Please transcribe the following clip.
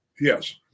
Yes